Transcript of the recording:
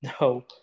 No